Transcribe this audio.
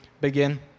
begin